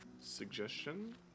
suggestion